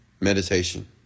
Meditation